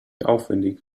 aufwendig